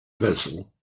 vessel